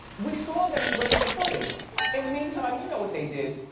we saw them erase the footage in the meantime, you know what they did,